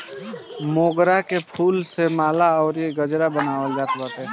मोगरा के फूल से माला अउरी गजरा बनावल जात बाटे